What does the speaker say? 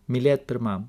mylėt pirmam